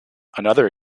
another